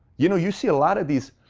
you know, you see a lot of these,